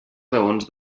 raons